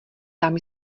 tam